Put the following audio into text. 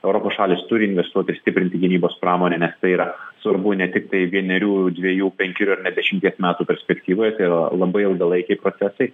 europos šalys turi investuot ir stiprinti gynybos pramonę nes tai yra svarbu ne tiktai vienerių dvejų penkerių dešimties metų perspektyvoje tai yra labai ilgalaikiai procesai